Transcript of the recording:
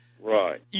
Right